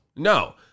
No